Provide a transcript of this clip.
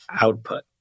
output